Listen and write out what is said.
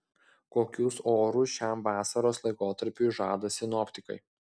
kokius orus šiam vasaros laikotarpiui žada sinoptikai